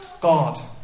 God